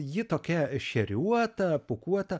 ji tokia šeriuota pūkuota